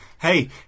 Hey